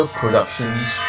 productions